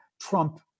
trump